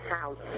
house